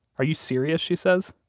are you serious, she says?